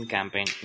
Campaign